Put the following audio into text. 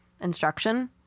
instruction